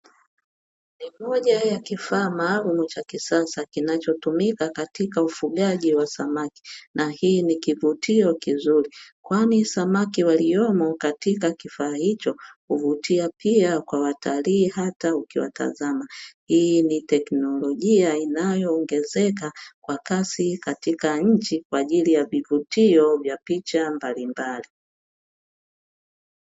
Ni moja ya kifaa maalum cha kisasa kinachotumika katika ufugaji wa samaki, na hii ni kivutio kizuri. Kwani samaki waliomo katika kifaa hicho huvutia pia kwa watalii hata ukiwatazama. Hii ni teknolojia inayoongezeka kwa kasi katika nchi kwa ajili ya vivutio vya picha mbalimbali.